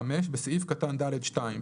(3)בסעיף קטן (ד)(2),